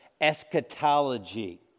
eschatology